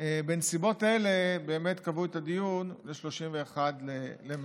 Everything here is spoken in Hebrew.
בנסיבות האלה באמת קבעו את הדיון ל-31 במרץ.